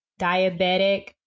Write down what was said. diabetic